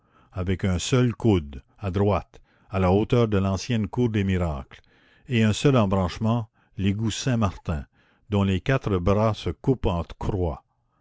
avec un seul coude à droite à la hauteur de l'ancienne cour des miracles et un seul embranchement l'égout saint-martin dont les quatre bras se coupent en croix